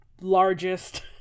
largest